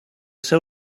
seu